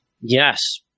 Yes